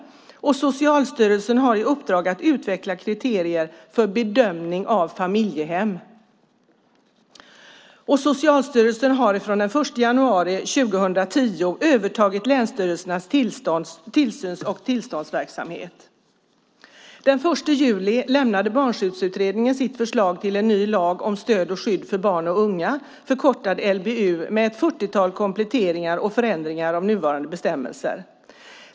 Socialstyrelsen har i uppdrag att utveckla kriterier för bedömning av familjehem. Socialstyrelsen har den 1 januari 2010 övertagit länsstyrelsernas tillsyns och tillståndsverksamhet. Den 1 juli lämnade Barnskyddsutredningen sitt förslag till en ny lag om stöd och skydd för barn och unga, förkortad LBU, med ett 40-tal kompletteringar och förändringar av nuvarande bestämmelser.